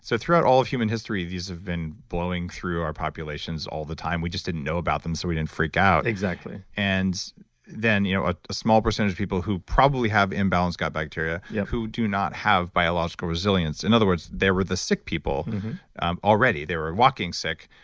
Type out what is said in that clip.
so throughout all of human history, these have been blowing through our populations all the time. we just didn't know about them, so we didn't freak out. and you know ah a small percentage of people who probably have imbalanced gut bacteria yeah who do not have biological resilience, in other words, they were the sick people already, they were walking sick,